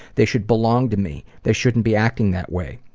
they should belong to me. they shouldn't be acting that way.